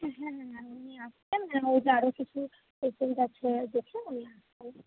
হ্যাঁ হ্যাঁ হ্যাঁ উনি আসছেন হ্যাঁ ওইটা আরোও কিছু পেশেন্ট আছে দেখে উনি আসবেন